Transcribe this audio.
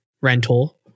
rental